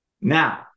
Now